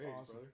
awesome